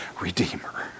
Redeemer